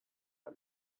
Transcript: but